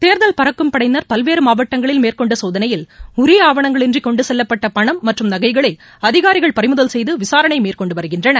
தேர்தல் பறக்கும் படையினர் பல்வேறு மாவட்டங்களில் மேற்கொண்ட சோதனையில் உரிய ஆவணங்கள் இன்றி கொண்டு செல்லப்பட்ட பணம் மற்றும் நகைகளை அதிகாரிகள் பறிமுதல் செய்து விசாரணை மேற்கொண்டு வருகின்றனர்